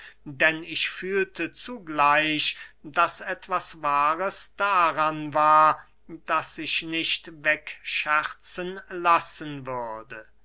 denn ich fühlte zugleich daß etwas wahres daran war das sich nicht wegscherzen lassen würde